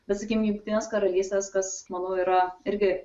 bet sakykim jungtinės karalystės kas manau yra irgi